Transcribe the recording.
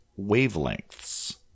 wavelengths